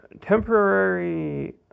temporary